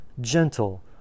gentle